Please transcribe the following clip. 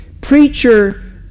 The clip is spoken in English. Preacher